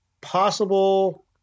Possible